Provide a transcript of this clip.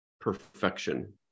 perfection